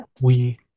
We-